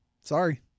sorry